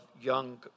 young